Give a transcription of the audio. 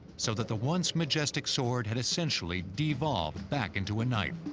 so that the once majestic sword had essentially devolved back into a knife.